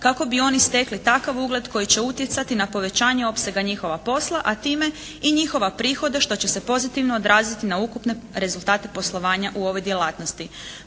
kako bi oni stekli takav ugled koji će utjecati na povećanje opsega njihova posla a time i njihova prihoda što će se pozitivno odraziti na ukupne rezultate poslovanja u ovoj djelatnosti.